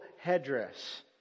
headdress